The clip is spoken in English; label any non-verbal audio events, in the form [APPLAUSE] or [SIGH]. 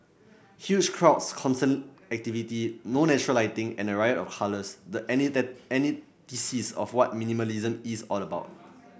huge crowds constant activity no natural lighting and a riot of colours the [UNINTELLIGIBLE] antithesis of what minimalism is all about